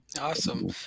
Awesome